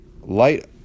light